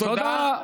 תודה.